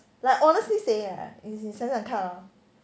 like honestly saying right 你想想看 ah